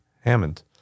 Hammond